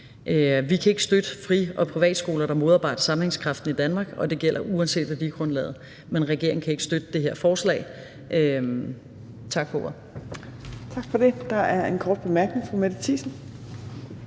Vi kan ikke støtte fri- og privatskoler, der modarbejder sammenhængskraften i Danmark, og det gælder uanset værdigrundlaget. Men regeringen kan ikke støtte det her forslag. Tak for ordet. Kl. 13:24 Fjerde